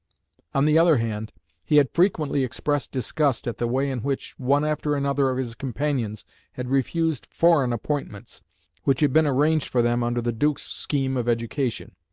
on the other hand he had frequently expressed disgust at the way in which one after another of his companions had refused foreign appointments which had been arranged for them under the duke's scheme of education.